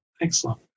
Excellent